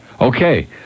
Okay